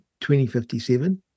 2057